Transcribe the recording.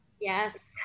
Yes